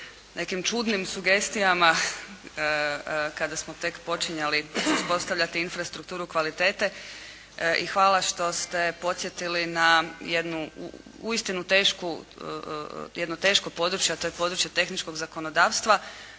nekim čudnim sugestijama, kada smo tek počinjali uspostavljati infrastrukturu kvalitete i hvala što ste podsjetili na jednu uistinu tešku, jedno teško područje, a to je područje tehničkog zakonodavstva.